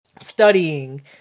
Studying